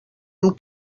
amb